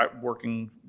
working